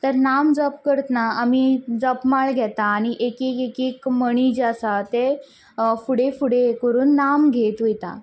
तर नाम जप करतना आमी जप माळ घेता आनी एक एक एक एक मणी जे आसा ते फुडें फुडें हें करीत नाम घेत वयता